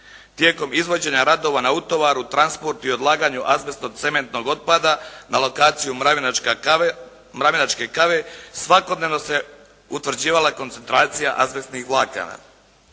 Tijekom izvođenja radova na utovaru, transportu i odlaganju azbestnog cementnog otpada na lokaciju “Mravinačke kave“ svakodnevno se utvrđivala koncentracija azbestnih vlakana.